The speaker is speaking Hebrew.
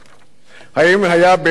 האם היה באמת, או רק